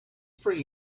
pretty